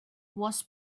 was